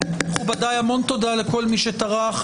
מכובדיי, המון תודה לכל מי שטרח.